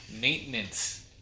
maintenance